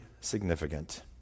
significant